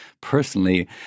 personally